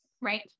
Right